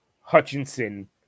Hutchinson